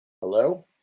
Hello